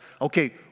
okay